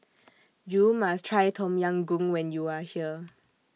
YOU must Try Tom Yam Goong when YOU Are here